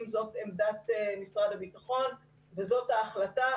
אם זאת עמדת משרד הביטחון וזאת ההחלטה,